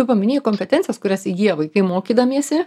tu paminėjai kompetencijas kurias įgyja vaikai mokydamiesi